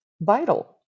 vital